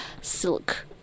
silk